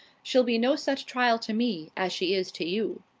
she'll be no such trial to me, as she is to you.